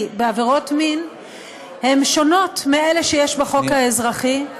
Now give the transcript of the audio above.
בעבירות מין הם שונים מאלה שיש בחוק האזרחי.